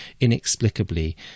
inexplicably